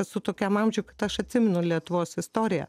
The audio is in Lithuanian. esu tokiam amžiuj kad aš atsimenu lietuvos istoriją